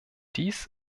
dies